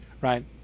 right